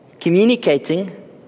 Communicating